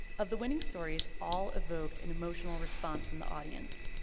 of the winning stories, all evoked an emotional response from the audience.